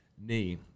knee